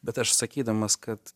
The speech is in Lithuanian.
bet aš sakydamas kad